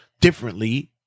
differently